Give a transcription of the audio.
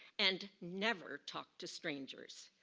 and never talk to strangers.